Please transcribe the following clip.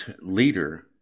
leader